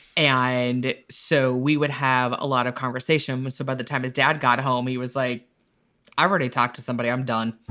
and and so we would have a lot of conversation. so by the time his dad got home. he was like i already talked to somebody i'm done.